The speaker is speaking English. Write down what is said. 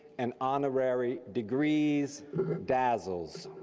and honorary degrees dazzles.